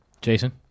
Jason